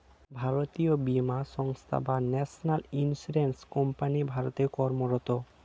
জাতীয় বীমা সংস্থা বা ন্যাশনাল ইন্স্যুরেন্স কোম্পানি ভারতে কর্মরত